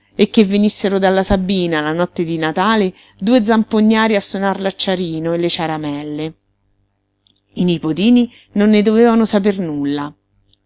e che venissero dalla sabina la notte di natale due zampognari a sonar l'acciarino e le ciaramelle i nipotini non ne dovevano saper nulla